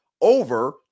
over